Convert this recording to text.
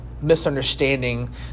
misunderstanding